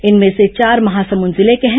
इनमें से चार महासमुंद जिले के हैं